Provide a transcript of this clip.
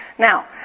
Now